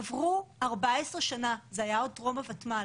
עברו 14 שנה, זה היה עוד טרום הוותמ"ל.